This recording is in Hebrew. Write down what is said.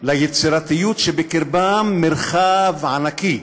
ליצירתיות שבקרבם מרחב ענקי.